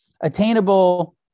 attainable